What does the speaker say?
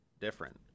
Different